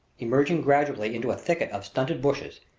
emerging gradually into a thicket of stunted bushes,